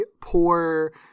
poor